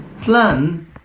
plan